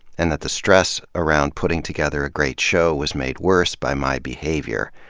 and that the stress around putting together a great show was made worse by my behavior.